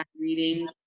reading